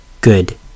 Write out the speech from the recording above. good